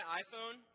iPhone